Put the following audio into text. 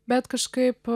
bet kažkaip